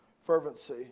fervency